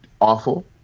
awful